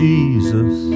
Jesus